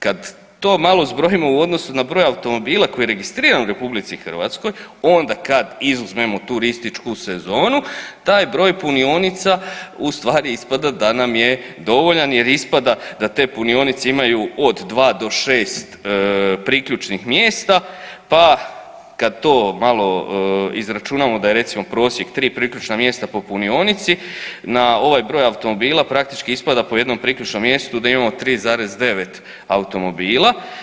Kad to malo zbrojimo u odnosu na broj automobila koji je registriran u RH onda kad izuzmemo turističku sezonu taj broj punionica u stvari ispada da nam je dovoljan jer ispada da te punionice imaju od 2 do 6 priključnih mjesta pa kad to malo izračunamo da je recimo prosjek 3 priključna mjesta po punionici na ovaj broj automobila praktički ispada po jednom priključnom mjestu da imamo 3,9 automobila.